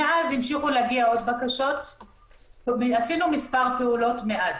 מאז הגיעו עוד בקשות ועשינו מספר פעולות מאז.